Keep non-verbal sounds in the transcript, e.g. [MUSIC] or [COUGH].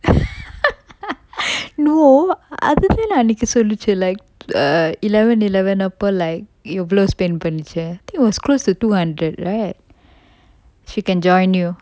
[LAUGHS] no அதுல இல்ல அன்னைக்கு சொல்லிச்சு:athula illa annaikku sollichu like err eleven eleven அப்ப:appa like எவ்வளவு:evvalavu spend பண்ணிச்சு:pannichu it was close to two hundred right she can join you